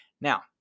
Now